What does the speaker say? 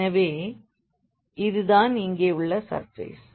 எனவே இது தான் இங்கே உள்ள சர்ஃபேஸ்